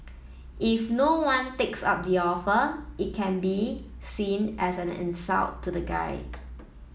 if no one takes up the offer it can be seen as an insult to the guy